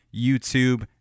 YouTube